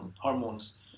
hormones